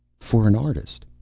for an artist.